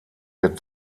der